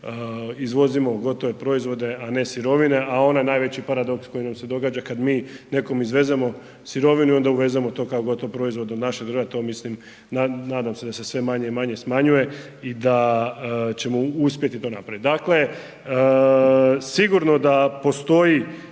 izvozimo gotove proizvode, a ne sirovine, a onaj najveći paradoks koji nam se događa kad mi nekom izvezemo sirovinu i onda uvezemo to kao gotov proizvod u našu državu, to mislim nadam se da se sve manje i manje smanjuje i da ćemo uspjeti to napraviti. Dakle, sigurno da postoji